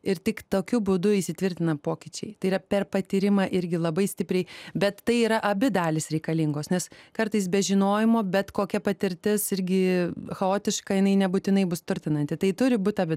ir tik tokiu būdu įsitvirtina pokyčiai tai yra per patyrimą irgi labai stipriai bet tai yra abi dalys reikalingos nes kartais be žinojimo bet kokia patirtis irgi chaotiška jinai nebūtinai bus turtinanti tai turi būt abi